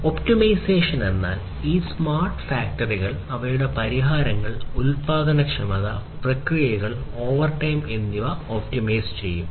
optimisation എന്നാൽ ഈ smart ഫാക്ടറികൾ അവയുടെ പരിഹാരങ്ങൾ ഉൽപാദനക്ഷമത പ്രക്രിയകൾ ഓവർടൈം എന്നിവ ഒപ്റ്റിമൈസ് ചെയ്യും